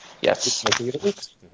Yes